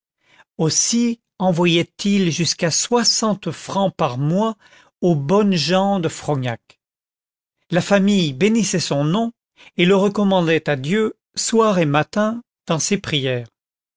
aussi envoyait il jusqu'à soixante francs par mois aux bonnes gens de frognac la famille bénissait son nom et le recommandait à dieu soir et malin dans ses prières